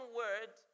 word